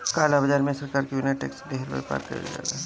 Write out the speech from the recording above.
काला बाजार में सरकार के बिना टेक्स देहले व्यापार कईल जाला